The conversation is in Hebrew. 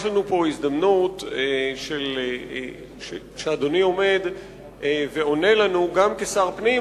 יש לנו פה הזדמנות שאדוני עומד ועונה לנו גם כשר פנים,